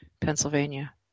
Pennsylvania